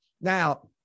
Now